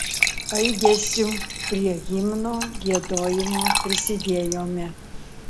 aidesiu prie himno giedojimo prisidėjome